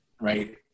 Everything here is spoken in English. right